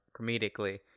comedically